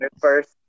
first